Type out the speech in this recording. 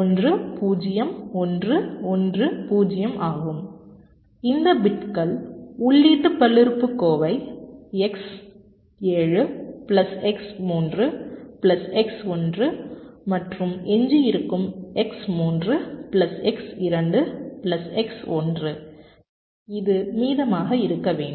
1 0 1 1 0 ஆகும் இந்த பிட்கள் உள்ளீட்டு பல்லுறுப்புக்கோவை x 7 plus x 3 plus x 1 மற்றும் எஞ்சியிருக்கும் x 3 plus x 2 plus x 1 இது மீதமாக இருக்க வேண்டும்